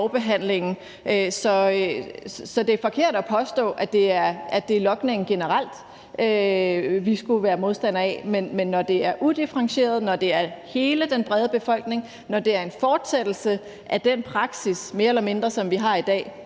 så det er forkert at påstå, at det er logning generelt, vi skulle være modstandere af. Men når det er udifferentieret, når det er hele den brede befolkning, når det er en fortsættelse af den praksis, som vi mere eller mindre har i dag,